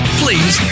please